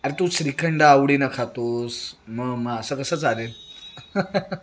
अरे तू श्रीखंड आवडीनं खातोस मग मग असं कसं चालेल